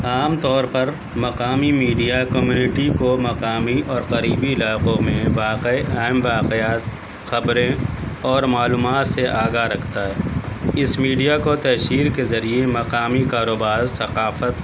عام طور مقامی میڈیا کمیونٹی کو مقامی اور قریبی علاقوں میں واقع اہم واقعات خبریں اور معلومات سے آگاہ رکھتا ہے اس میڈیا کو تحصیل کے ذریعے مقامی کاروبار ثقافت